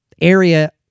area